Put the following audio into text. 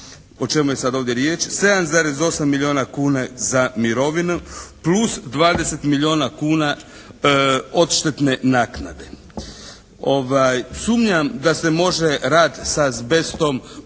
o čemu je sad ovdje riječ, 7,8 milijuna kuna za mirovinu plus 20 milijuna kuna odštetne naknade. Sumnjam da se može rad s azbestom